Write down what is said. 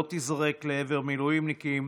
לא תיזרק לעבר מילואימניקים,